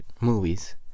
movies